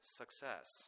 success